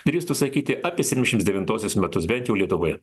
drįstu sakyti apie septyniasdešimt devintuosius metus bet jau lietuvoje